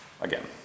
again